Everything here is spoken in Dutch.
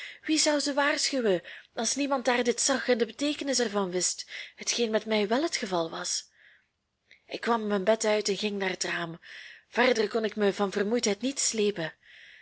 wie zou ze waarschuwen als niemand daar dit zag en de beteekenis er van wist hetgeen met mij wel het geval was ik kwam mijn bed uit en ging naar het raam verder kon ik mij van vermoeidheid niet sleepen